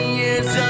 years